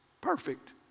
perfect